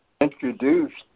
introduced